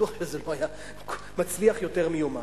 בטוח שזה לא היה מצליח יותר מיומיים.